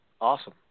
Awesome